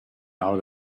out